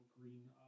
green